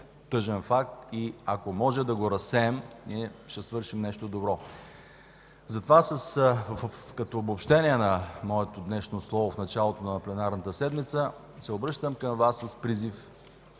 тъжен факт и ако можем да го разсеем, ние ще свършим нещо добро. Затова, като обобщение на моето днешно слово в началото на пленарната седмица, се обръщам към Вас с призив